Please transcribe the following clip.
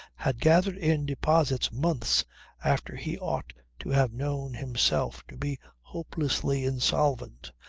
had gathered in deposits months after he ought to have known himself to be hopelessly insolvent,